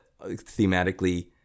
thematically